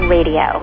Radio